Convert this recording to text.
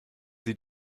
sie